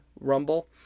Rumble